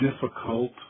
difficult